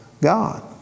God